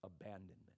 abandonment